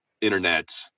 internet